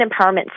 Empowerment